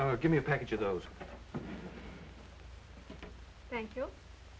oh give me a package of those thank you